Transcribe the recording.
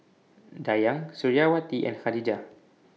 Dayang Suriawati and Khadija